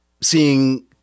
seeing